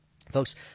Folks